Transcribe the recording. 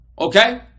Okay